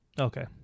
Okay